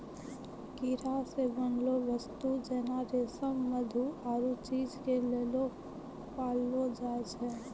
कीड़ा से बनलो वस्तु जेना रेशम मधु आरु चीज के लेली पाललो जाय छै